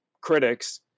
critics